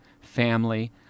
family